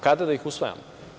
Kada da ih usvajamo?